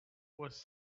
was